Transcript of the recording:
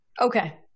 Okay